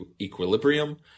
equilibrium